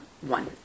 one